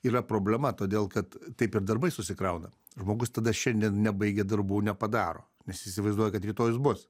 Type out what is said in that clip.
yra problema todėl kad taip ir darbai susikrauna žmogus tada šiandien nebaigia darbų nepadaro nes įsivaizduoja kad rytojus bus